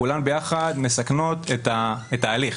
כולן ביחד מסכנות את ההליך,